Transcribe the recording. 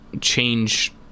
change